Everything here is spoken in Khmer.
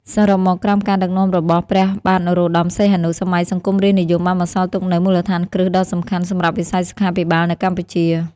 សរុបមក ក្រោមការដឹកនាំរបស់ព្រះបាទនរោត្តម សីហនុ សម័យសង្គមរាស្រ្តនិយមបានបន្សល់ទុកនូវមូលដ្ឋានគ្រឹះដ៏សំខាន់សម្រាប់វិស័យសុខាភិបាលនៅកម្ពុជា។